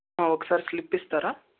ఒకసారి స్లిప్ ఇస్తారా